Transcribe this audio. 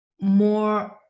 more